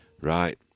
Right